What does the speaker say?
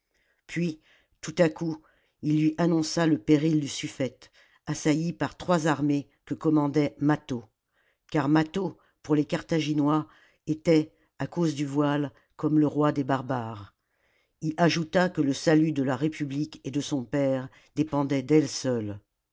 puis tout à coup il lui annonça le péril du sufifete assailli par trois armées que commandait mâtho car mâtho pour les carthaginois était à cause du voile comme le roi des barbares il ajouta que le salut de la république et de son père dépendait d'elle